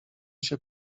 się